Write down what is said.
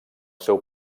seu